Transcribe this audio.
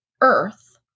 earth